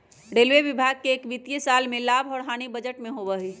railway विभाग में एक वित्तीय साल में लाभ और हानि बजट में होबा हई